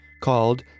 called